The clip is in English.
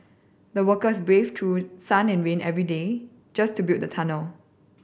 the workers braved through sun and rain every day just to build the tunnel